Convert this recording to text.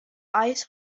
ice